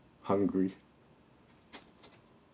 hungry